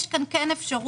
יש כאן כן אפשרות,